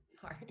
Sorry